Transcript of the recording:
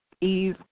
ease